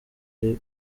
ari